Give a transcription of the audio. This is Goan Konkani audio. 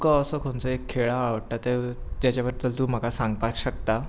तुका असो खंयचो खेळ आवडटा ते जेच्या बद्दल तूं म्हाका सांगपाक शकता